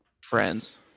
friends